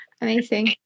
Amazing